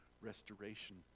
restoration